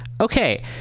Okay